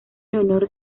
leonor